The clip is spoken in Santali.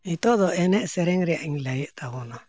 ᱱᱤᱛᱳᱜ ᱫᱚ ᱮᱱᱮᱡ ᱥᱮᱨᱮᱧ ᱨᱮᱱᱟᱜ ᱤᱧ ᱞᱟᱹᱭᱮᱫ ᱛᱟᱵᱚᱱᱟ